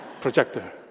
Projector